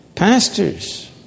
Pastors